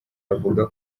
avuga